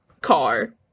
Car